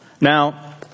Now